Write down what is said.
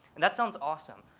and that sounds awesome,